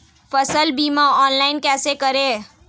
फसल बीमा ऑनलाइन कैसे करें?